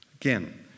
again